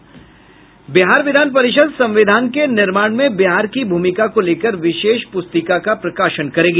बिहार विधान परिषद् संविधान के निर्माण में बिहार की भूमिका को लेकर विशेष पुस्तिका का प्रकाशन करेगी